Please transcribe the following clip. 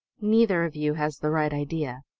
neither of you has the right idea.